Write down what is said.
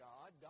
God